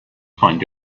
find